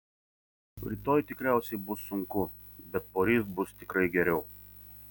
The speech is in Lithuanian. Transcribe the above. rytoj tikriausiai bus sunku bet poryt bus tikrai geriau